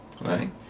Right